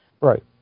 Right